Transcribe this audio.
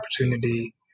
opportunity